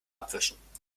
abwischen